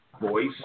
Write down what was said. voice